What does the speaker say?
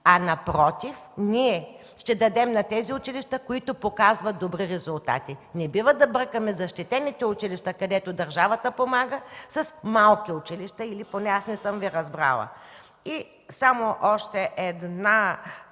Напротив, ние ще дадем на тези училища, които показват добри резултати. Не бива да бъркаме защитените училища, където държавата помага, с малки училища, или поне аз не съм Ви разбрала. Относително